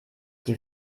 die